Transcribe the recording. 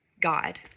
God